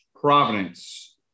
Providence